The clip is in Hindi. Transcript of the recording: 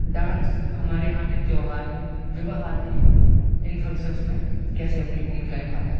डांस हमारे यहाँ के त्यौहारों विवाह आदि इन फंक्शन्स में कैसे अपनी भूमिका निभाता है